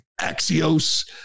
Axios